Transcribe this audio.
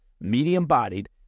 medium-bodied